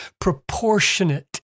proportionate